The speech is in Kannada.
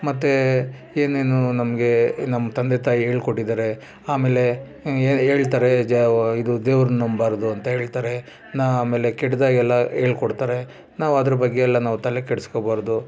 ಮತ್ತು ಏನೇನು ನಮಗೆ ನಮ್ಮ ತಂದೆ ತಾಯಿ ಹೇಳ್ಕೊಟ್ಟಿದ್ದಾರೆ ಆಮೇಲೆ ಏನು ಹೇಳ್ತಾರೆ ಇದು ದೇವ್ರನ್ನ ನಂಬಬಾರ್ದು ಅಂತ ಹೇಳ್ತಾರೆ ನಾ ಆಮೇಲೆ ಕೆಟ್ದಾಗೆಲ್ಲ ಹೇಳ್ಕೊಡ್ತಾರೆ ನಾವು ಅದ್ರ ಬಗ್ಗೆ ಎಲ್ಲ ನಾವು ತಲೆ ಕೆಡಿಸ್ಕೊಬಾರ್ದು